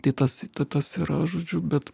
tai tas tas yra žodžiu bet